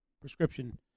prescription